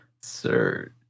sir